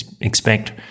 expect